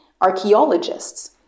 archaeologists